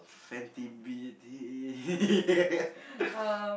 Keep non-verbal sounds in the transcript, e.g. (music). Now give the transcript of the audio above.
Fenty-Beauty (laughs)